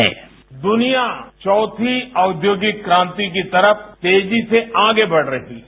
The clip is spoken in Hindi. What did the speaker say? बाईट दुनिया चौथी औद्योगिक क्रांति की तरफ तेजी से आगे बढ़ रही है